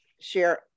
share